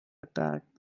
attack